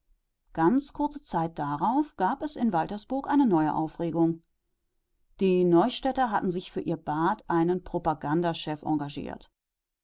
ganz kurze zeit darauf gab es in waltersburg eine neue aufregung die neustädter hatten sich für ihr bad einen propagandachef engagiert